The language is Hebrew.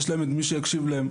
שיש את מי שיקשיב לו.